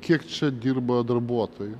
kiek čia dirba darbuotojų